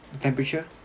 temperature